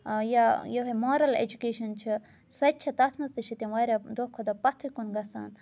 یا یِہَے moral education چھِ سۄ تہِ چھےٚ تَتھ منٛز تہِ چھِ تِم واریاہ دۄہ کھۄتہٕ دۄہ پَتھٕے کُن گَژھان